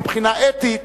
מבחינה אתית,